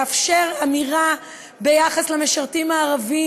לאפשר אמירה ביחס למשרתים הערבים,